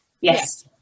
yes